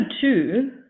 two